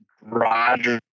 Roger